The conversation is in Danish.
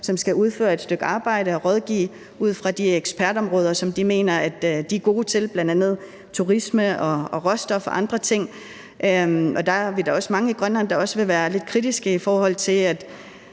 som skal udføre et stykke arbejde og rådgive om det, de mener er deres ekspertområder, som bl.a. turisme, råstoffer og andre ting. Og der er vi da også mange i Grønland, der vil være lidt kritiske, i forhold til